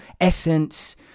essence